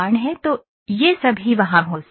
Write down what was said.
तो ये सभी वहाँ हो सकते हैं